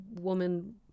woman